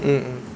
mm mm